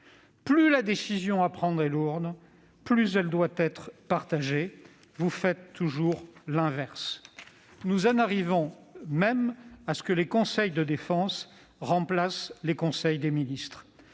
Plus la décision à prendre est lourde, plus elle doit être partagée. Vous faites toujours l'inverse. Nous en arrivons même à ce que les conseils de défense remplacent les conseils des ministres.